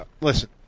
Listen